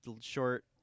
short